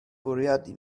bwriadu